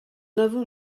n’avons